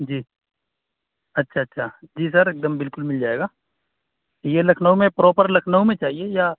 جی اچھا اچھا جی سر ایکدم بالکل مل جائے گا یہ لکھنؤ میں پروپر لکھنؤ میں چاہیے یا